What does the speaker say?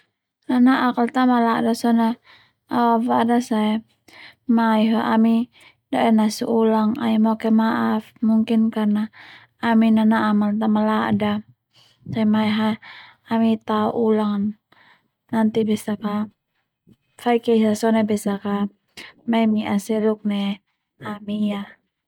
Nana'k al ta malada sone au afadas ae mai ho ami dode nasu ulang ami moke maaf mungkin karna ami nana'am ta malada te mai ho ami tao ulang an nanti besak a faik esa sone mai mi'a seluk nai ami ia.